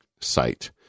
site